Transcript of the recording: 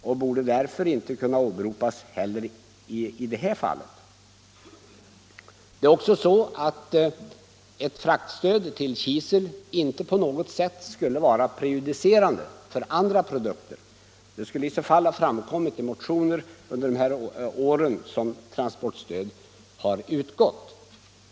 Den borde därför inte kunna åberopas heller i detta fall. Ett fraktstöd till kisel skulle inte heller på något sätt vara prejudicerande för andra produkter. Det skulle i så fall ha framkommit i motioner under de år transportstödet utgått.